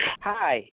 Hi